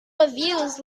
reviews